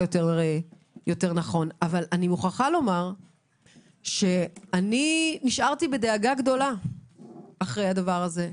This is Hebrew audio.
אבל אני מוכרחה לומר שנשארתי בדאגה גדולה אחרי הדבר הזה,